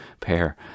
pair